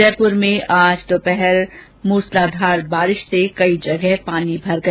जयपूर में आज दोपहर मूसलाधार बारिश से कई जगह पानी भर गया